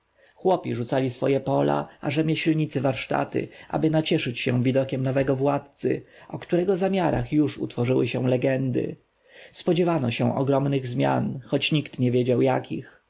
chłopi rzucali swoje pola a rzemieślnicy warsztaty aby nacieszyć się widokiem nowego władcy o którego zamiarach już utworzyły się legendy spodziewano się ogromnych zmian choć nikt nie wiedział jakich